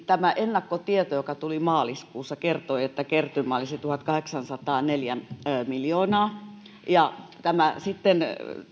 tämä ennakkotieto joka tuli maaliskuussa kertoi että kertymä olisi tuhatkahdeksansataaneljä miljoonaa ja tämä sitten